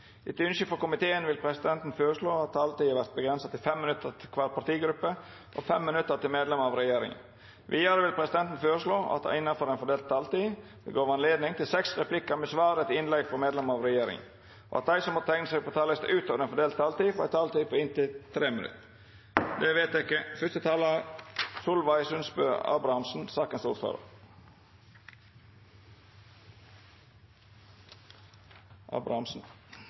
Etter ønske fra helse- og omsorgskomiteen vil presidenten foreslå at taletiden blir begrenset til 5 minutter til hver partigruppe og 5 minutter til medlemmer av regjeringen. Videre vil presidenten foreslå at det – innenfor den fordelte taletid – blir gitt anledning til replikkordskifte på inntil syv replikker med svar etter innlegg fra medlemmer av regjeringen, og at de som måtte tegne seg på talerlisten utover den fordelte taletid, får en taletid på inntil 3 minutter. – Det